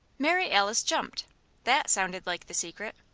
mary alice jumped that sounded like the secret.